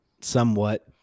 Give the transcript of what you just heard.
somewhat